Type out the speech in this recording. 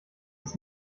ist